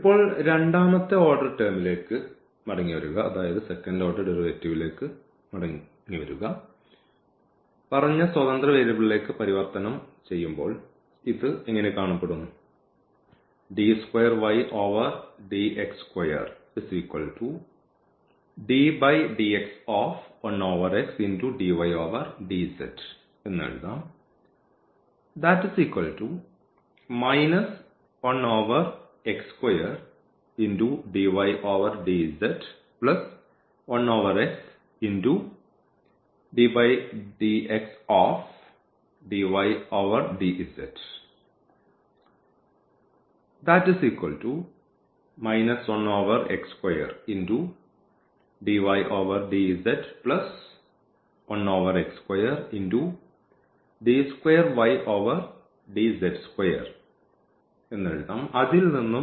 ഇപ്പോൾ രണ്ടാമത്തെ ഓർഡർ ടേമിലേക്ക് മടങ്ങിവരിക പറഞ്ഞ സ്വതന്ത്ര വേരിയബിളിലേക്ക് പരിവർത്തനം ചെയ്യുമ്പോൾ ഇത് എങ്ങനെ കാണപ്പെടും